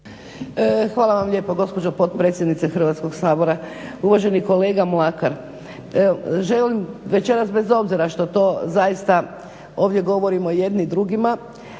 Hvala vam lijepo gospođo potpredsjednice Hrvatskog sabora. Uvaženi kolega Mlakar, želim večeras bez obzira što to zaista ovdje govorimo jedni drugima